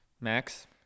Max